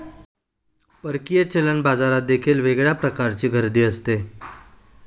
परकीय चलन बाजारात देखील वेगळ्या प्रकारची गर्दी असते